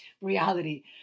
reality